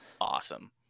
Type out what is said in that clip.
awesome